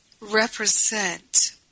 represent